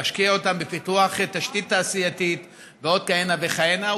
להשקיע אותם בפיתוח תשתית תעשייתית ועוד כהנה וכהנה.